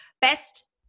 best